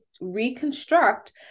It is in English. reconstruct